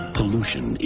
Pollution